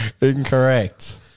Incorrect